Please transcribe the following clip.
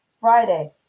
Friday